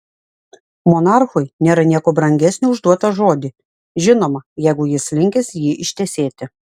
monarchui nėra nieko brangesnio už duotą žodį žinoma jeigu jis linkęs jį ištesėti